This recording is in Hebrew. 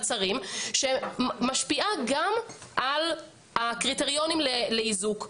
שרים שמשפיעה גם על הקריטריונים לאיזוק.